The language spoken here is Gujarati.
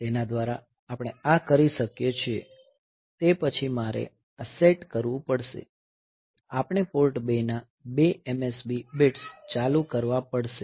તેના દ્વારા આપણે આ કરી શકીએ છીએ તે પછી મારે આ સેટ કરવું પડશે આપણે પોર્ટ 2 ના 2 MSB બિટ્સ ચાલુ કરવા પડશે